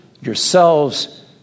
yourselves